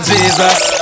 Jesus